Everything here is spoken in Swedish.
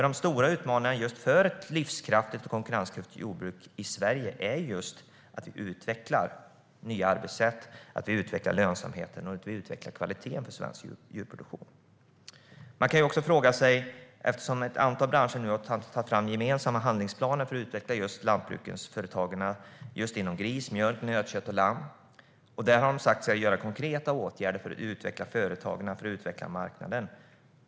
De stora utmaningarna för ett livskraftigt och konkurrenskraftigt jordbruk i Sverige är att utveckla nya arbetssätt för att utveckla lönsamheten och kvaliteten inom svensk djurproduktion. Ett antal branscher har nu tagit fram gemensamma handlingsplaner för att utveckla lantbruksföretag inom gris, mjölk, nöt och lamm. Där har aktörerna åtagit sig att vidta konkreta åtgärder för att utveckla företagen och marknaden.